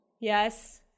Yes